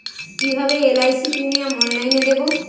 কিভাবে LIC premium অনলাইনে দেবো?